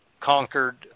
conquered